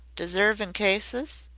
deservin' cases?